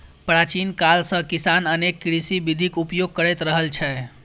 प्राचीन काल सं किसान अनेक कृषि विधिक उपयोग करैत रहल छै